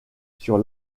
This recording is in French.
sur